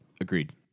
Agreed